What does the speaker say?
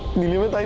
neelima